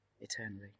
eternally